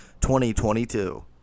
2022